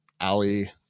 Ali